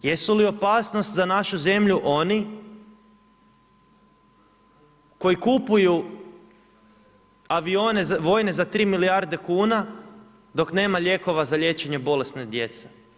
Jesu li opasnost za našu zemlju oni koji kupuju avione, vojne za 3 milijarde kuna, dok nema lijekova za liječenje bolesne djece?